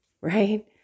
right